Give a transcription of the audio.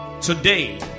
today